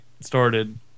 started